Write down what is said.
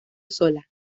sola